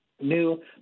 new